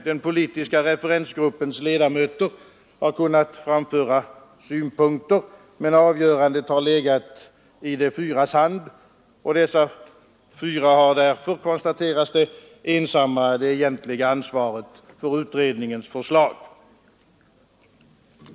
Den politiska referensgruppens ledamöter har kunnat framföra synpunkter, men avgörandet har legat i de fyras händer, och dessa fyra har därför, konstateras det, ensamma det egentliga ansvaret för utredningens förslag.